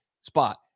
spot